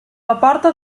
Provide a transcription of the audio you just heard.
aporta